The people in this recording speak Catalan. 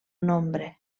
nombre